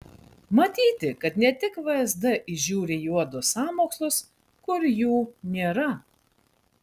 matyti kad ne tik vsd įžiūri juodus sąmokslus kur jų nėra